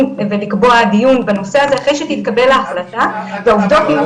ולקבוע דיון אחרי שתתקבל ההחלטה והעובדות יהיו